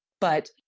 But-